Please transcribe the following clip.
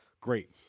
great